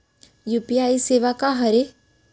UPI सेवा का हरे?